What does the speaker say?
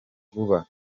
vuba